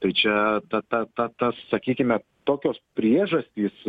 ir čia ta ta ta ta sakykime tokios priežastys